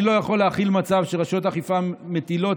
אני לא יכול להכיל מצב שרשויות האכיפה מטילות